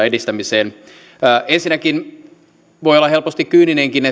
edistämiseen ensinnäkin voi olla helposti kyyninenkin